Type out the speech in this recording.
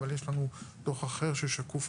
אבל יש לנו דוח אחר ששקוף.